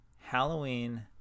Halloween